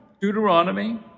Deuteronomy